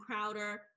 Crowder